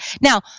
Now